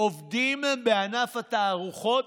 עובדים בענף התערוכות,